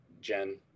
Jen